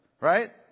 Right